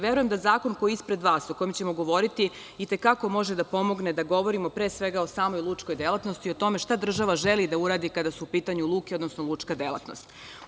Verujem da zakon koji je ispred vas, o kojem ćemo govoriti, itekako može da pomogne da govorimo pre svega o samoj lučkoj delatnosti, o tome šta država želi da uradi kada su u pitanju luke, odnosno lučka delatnost.